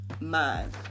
mind